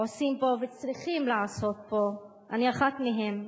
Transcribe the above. עושים פה, וצריכים לעשות פה, ואני אחת מהן,